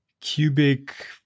cubic